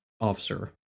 officer